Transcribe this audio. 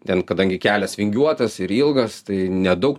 ten kadangi kelias vingiuotas ir ilgas tai nedaug